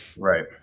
right